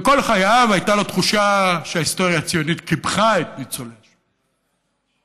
וכל חייו הייתה לו תחושה שההיסטוריה הציונית קיפחה את ניצולי השואה,